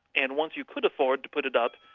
and once you could afford to put it up,